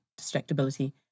distractibility